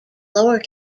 lower